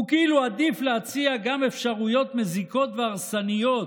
וכאילו עדיף להציע גם אפשרויות מזיקות והרסניות,